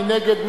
מי נגד?